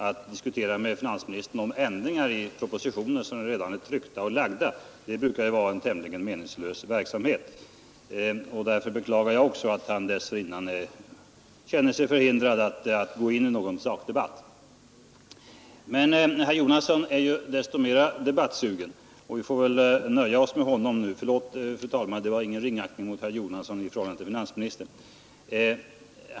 Att diskute propositioner som redan är tryckta och lagda brukar ju vara en tämligen meningslös verksamhet, och därför beklagar jag att han dessförinnan känner sig förhindrad att gå in i någon sakdebatt. Men herr Jonasson är ju desto mera debattsugen, och vi får väl nöja oss med honom så länge.